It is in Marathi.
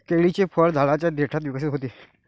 केळीचे फळ झाडाच्या देठात विकसित होते